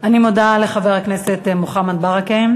אני מודה לחבר הכנסת מוחמד ברכה.